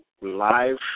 live